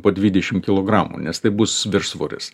po dvidešimt kilogramų nes tai bus viršsvoris